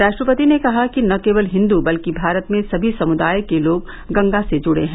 राष्ट्रपति ने कहा कि न केवल हिंदू बल्कि भारत में सभी समुदाय के लोग गंगा से जुड़े हैं